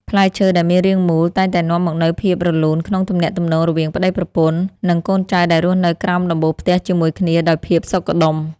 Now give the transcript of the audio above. ផ្លែឈើដែលមានរាងមូលតែងតែនាំមកនូវភាពរលូនក្នុងទំនាក់ទំនងរវាងប្ដីប្រពន្ធ និង កូនចៅដែលរស់នៅក្រោមដំបូលផ្ទះជាមួយគ្នាដោយភាពសុខដុម។